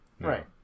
right